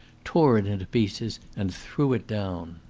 tore it into pieces, and threw it down.